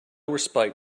respite